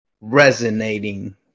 resonating